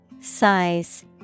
Size